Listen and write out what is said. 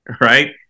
right